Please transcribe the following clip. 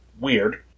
weird